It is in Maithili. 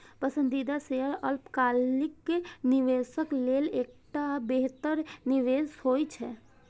पसंदीदा शेयर अल्पकालिक निवेशक लेल एकटा बेहतर निवेश होइ छै